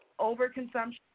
overconsumption